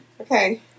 Okay